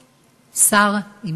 השר,